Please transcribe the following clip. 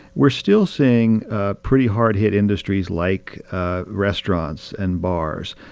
we're still seeing ah pretty hard hit industries, like restaurants and bars,